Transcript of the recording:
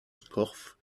scorff